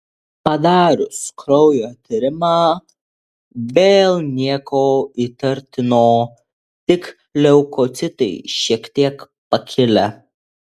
padarius kraujo tyrimą vėl nieko įtartino tik leukocitai šiek tiek pakilę